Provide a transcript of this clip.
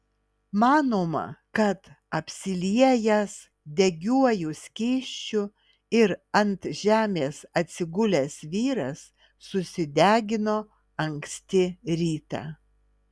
manoma kad apsiliejęs degiuoju skysčiu ir ant žemės atsigulęs vyras susidegino anksti rytą